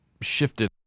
shifted